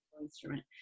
instrument